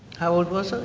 how old was i?